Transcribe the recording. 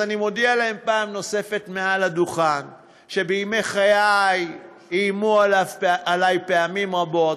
אז אני מודיע להם פעם נוספת מעל הדוכן שבימי חיי איימו עלי פעמים רבות,